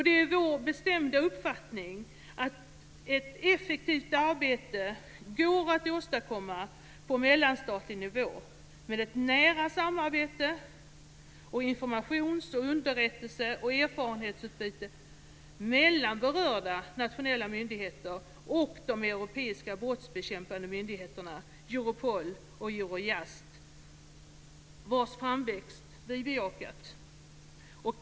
Det är vår bestämda uppfattning att ett effektivt arbete går att åstadkomma på mellanstatlig nivå med ett nära samarbete och informations-, underrättelse och erfarenhetsutbyte mellan berörda nationella myndigheter och de europeiska brottsbekämpande myndigheterna Europol och Eurojust, vars framväxt vi bejakat.